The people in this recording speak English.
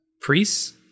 priests